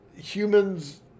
humans